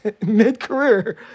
Mid-career